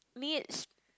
needs